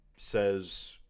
says